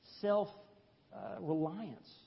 self-reliance